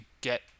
get